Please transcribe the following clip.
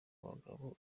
bagabo